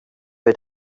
had